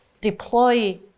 deploy